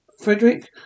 Frederick